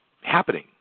happening